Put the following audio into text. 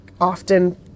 often